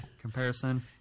comparison